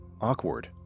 awkward